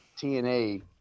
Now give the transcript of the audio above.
TNA